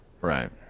Right